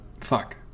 fuck